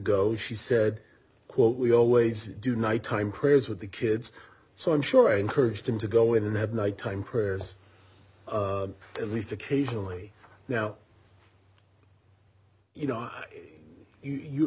go she said quote we always do nighttime prayers with the kids so i'm sure i encouraged him to go in and have nighttime prayers at least occasionally now you know you